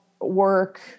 work